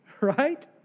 Right